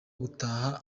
gutaha